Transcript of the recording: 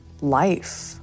life